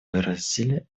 выразили